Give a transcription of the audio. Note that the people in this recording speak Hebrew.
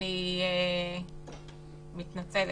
אני חושב